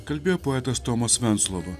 kalbėjo poetas tomas venclova